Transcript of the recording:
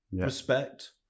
respect